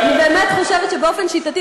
אני באמת חושבת שבאופן שיטתי,